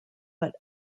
but